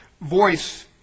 voice